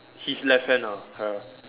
his left hand ah ya